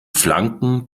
flanken